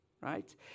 right